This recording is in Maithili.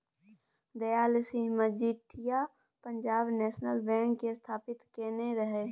दयाल सिंह मजीठिया पंजाब नेशनल बैंक केर स्थापित केने रहय